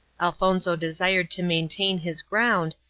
elfonzo desired to maintain his ground,